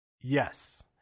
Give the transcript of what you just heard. Yes